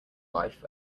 life